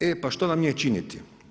E, pa što nam je činiti?